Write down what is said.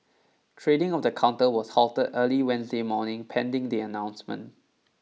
trading of the counter was halted early Wednesday morning pending the announcement